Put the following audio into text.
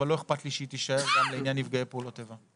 אבל לא אכפת לי שהיא תישאר גם לעניין נפגעי פעולות איבה.